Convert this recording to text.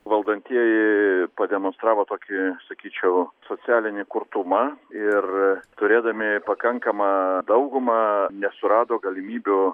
valdantieji pademonstravo tokį sakyčiau socialinį kurtumą ir turėdami pakankamą daugumą nesurado galimybių